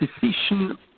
decision